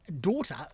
daughter